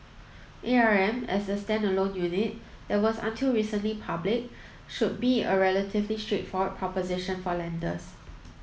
A R M as a standalone unit that was until recently public should be a relatively straightforward proposition for lenders